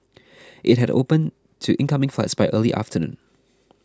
it had opened to incoming flights by early afternoon